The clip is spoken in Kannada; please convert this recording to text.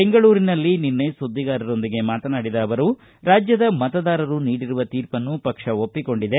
ಬೆಂಗಳೂರಿನಲ್ಲಿ ನಿನ್ನೆ ಸುದ್ದಿಗಾರರೊಂದಿಗೆ ಮಾತನಾಡಿದ ಅವರು ರಾಜ್ಯದ ಮತದಾರರು ನೀಡಿರುವ ತೀರ್ಪನ್ನು ಪಕ್ಷ ಒಪ್ಪಿಕೊಂಡಿದೆ